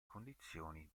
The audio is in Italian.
condizioni